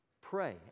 Pray